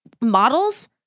models